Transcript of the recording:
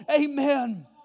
Amen